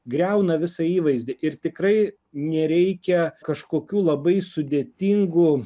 griauna visą įvaizdį ir tikrai nereikia kažkokių labai sudėtingų